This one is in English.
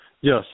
Yes